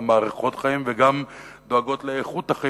אלא גם מאריכות חיים וגם דואגות לאיכות החיים,